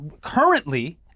currently